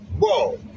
whoa